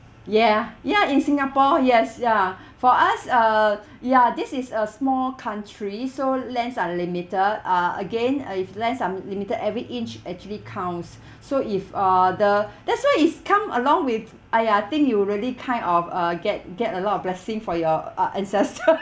ya ya in singapore yes ya for us uh ya this is a small country so lands are limited uh again if lands are limited every inch actually counts so if uh the that's why it's come along with !aiya! I think you'll really kind of uh get get a lot of blessing for your uh ancestor